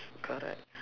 correct